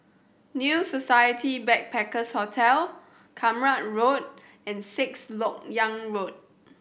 New Society Backpackers Hotel Kramat Road and Sixth Lok Yang Road